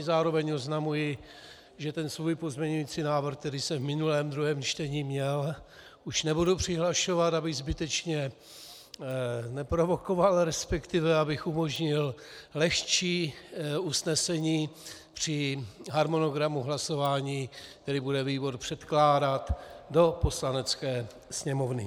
Zároveň oznamuji, že ten svůj pozměňující návrh, který jsem v minulém druhém čtení měl, už nebudu přihlašovat, abych zbytečně neprovokoval, resp. abych umožnil lehčí usnesení při harmonogramu hlasování, který bude výbor předkládat do Poslanecké sněmovny.